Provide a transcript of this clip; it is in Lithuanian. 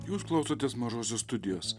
jūs klausotės mažosios studijos